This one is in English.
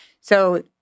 So-